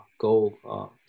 go